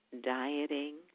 dieting